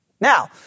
Now